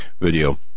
video